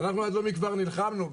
אנחנו אדוני כבר נלחמנו,